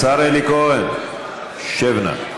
השר אלי כהן, שב נא.